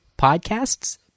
podcasts